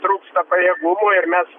trūksta pajėgumų ir mes